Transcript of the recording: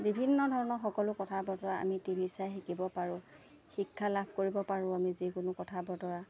বিভিন্ন ধৰণৰ সকলো কথা বতৰা আমি টি ভি চাই শিকিব পাৰোঁ শিক্ষা লাভ কৰিব পাৰোঁ আমি যিকোনো কথা বতৰা